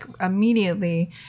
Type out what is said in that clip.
immediately